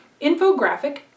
infographic